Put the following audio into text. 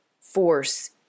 force